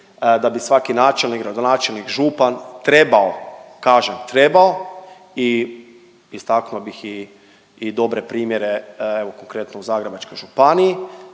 da bi svaki načelnik, gradonačelnik, župan trebao kažem trebao i istaknuo bih i dobre primjere evo konkretno u Zagrebačkoj županiji,